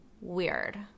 weird